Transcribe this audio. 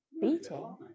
Beating